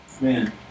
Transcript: man